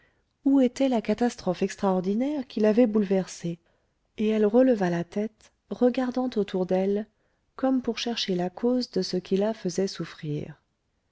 où était la catastrophe extraordinaire qui l'avait bouleversée et elle releva la tête regardant autour d'elle comme pour chercher la cause de ce qui la faisait souffrir